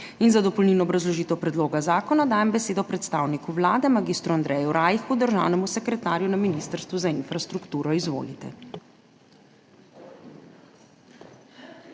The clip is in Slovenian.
Za dopolnilno obrazložitev predloga zakona dajem besedo predstavniku Vlade mag. Andreju Rajhu, državnemu sekretarju na Ministrstvu za infrastrukturo. Izvolite.